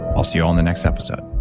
i'll see you on the next episode